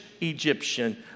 Egyptian